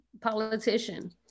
politician